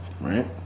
Right